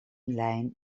lijn